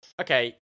Okay